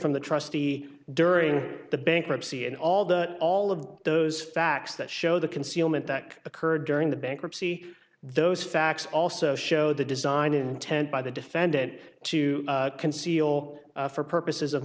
from the trustee during the bankruptcy and all that all of those facts that show the concealment that occurred during the bankruptcy those facts also show the design intent by the defendant to conceal for purposes of